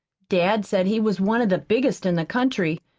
dad said he was one of the biggest in the country.